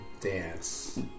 dance